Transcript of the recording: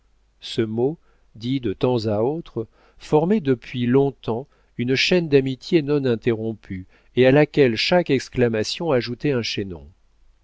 ce mot dit de temps à autre formait depuis longtemps une chaîne d'amitié non interrompue et à laquelle chaque exclamation ajoutait un chaînon